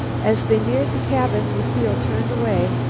as they neared the cabin lucile turned away.